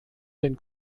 den